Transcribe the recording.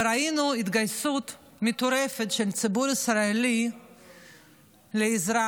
וראינו התגייסות מטורפת של ציבור ישראלי לעזרה,